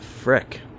Frick